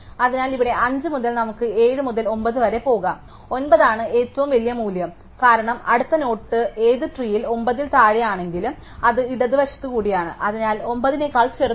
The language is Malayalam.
അതിനാൽ ഇവിടെ 5 മുതൽ നമുക്ക് 7 മുതൽ 9 വരെ പോകാം 9 ആണ് ഏറ്റവും വലിയ മൂല്യം കാരണം അടുത്ത നോഡ് ഏത്ട്രീയിൽ 9 ൽ താഴെയാണെങ്കിലും അത് ഇടതുവശത്തുകൂടിയാണ് അതിനാൽ 9 നേക്കാൾ ചെറുതാണ്